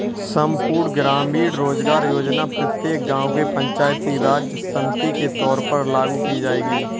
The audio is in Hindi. संपूर्ण ग्रामीण रोजगार योजना प्रत्येक गांव के पंचायती राज समिति के तौर पर लागू की जाएगी